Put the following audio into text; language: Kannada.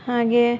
ಹಾಗೆ